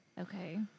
Okay